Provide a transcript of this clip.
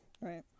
Right